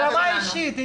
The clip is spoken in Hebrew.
ברמה האישית.